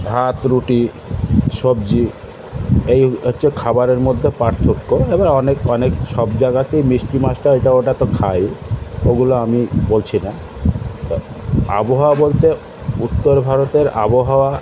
ভাত রুটি সবজি এই হচ্ছে খাবারের মধ্যে পার্থক্য এবার অনেক অনেক সব জায়গাতে মিষ্টি মাছটা এটা ওটা তো খায়ই ওগুলো আমি বলছি না তা আবহাওয়া বলতে উত্তর ভারতের আবহাওয়া